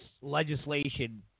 legislation